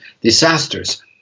disasters